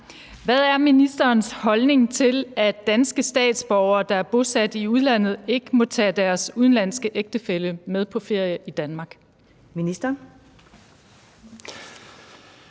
Hvad er ministerens holdning til, at danske statsborgere, der er bosat i udlandet, ikke må tage deres udenlandske ægtefælle med på ferie i Danmark? Kl.